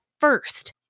first